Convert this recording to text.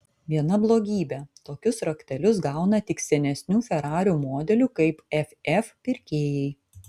viena blogybė tokius raktelius gauna tik senesnių ferarių modelių kaip ff pirkėjai